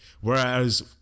Whereas